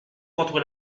contre